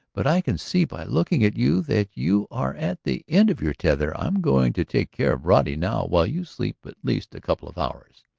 but i can see by looking at you that you are at the end of your tether. i'm going to take care of roddy now while you sleep at least a couple of hours.